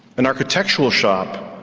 an architectural shop,